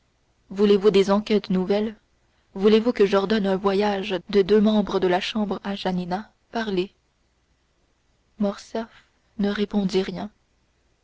voulez-vous des enquêtes nouvelles voulez-vous que j'ordonne un voyage de deux membres de la chambre à janina parlez morcerf ne répondit rien